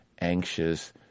anxious